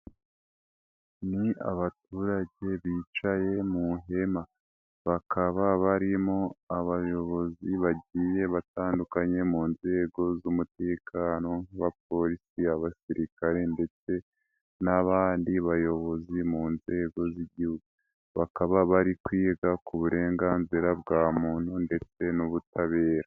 Ni abaturage bicaye mu ihema, bakaba barimo abayobozi bagiye batandukanye mu nzego z'umutekano, abapolisi, abasirikare ndetse n'abandi bayobozi mu nzego z'igihugu, bakaba bari kwiga ku burenganzira bwa muntu ndetse n'ubutabera.